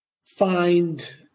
find